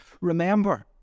remember